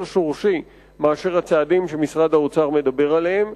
שורשי מאשר הצעדים שמשרד האוצר מדבר עליהם.